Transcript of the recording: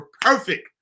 perfect